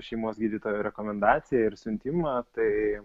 šeimos gydytojo rekomendaciją ir siuntimą tai